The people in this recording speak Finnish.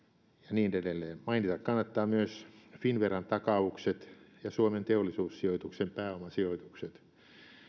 niin edelleen mainita kannattaa myös finnveran takaukset ja suomen teollisuussijoituksen pääomasijoitukset